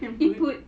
input